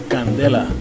Candela